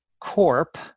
Corp